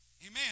Amen